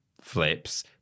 flips